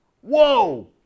whoa